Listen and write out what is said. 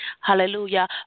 Hallelujah